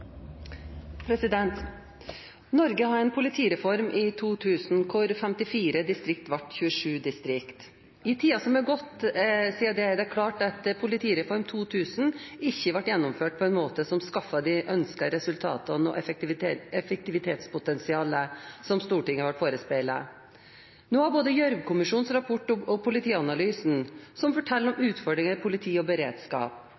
Norge hadde en politireform i 2000, hvor 54 politidistrikter ble til 27 distrikter. I tiden som har gått siden det, er det klart at Politireform 2000 ikke ble gjennomført på en måte som skapte de ønskede resultatene og effektivitetspotensialet som Stortinget var forespeilet. Nå har vi både Gjørv-kommisjonens rapport og Politianalysen som forteller om